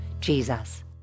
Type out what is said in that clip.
Jesus